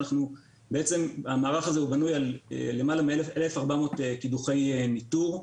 בעצם המערך הזה בנוי על למעלה מ-1,400 קידוחי ניטור,